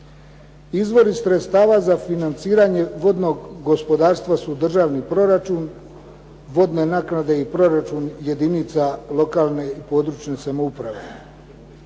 Izvori sredstava za financiranje vodnog gospodarstva su državni proračun, vodne naknade i proračun jedinica lokalne i područne samouprave.